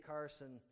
Carson